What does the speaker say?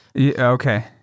Okay